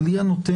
אבל היא הנותנת,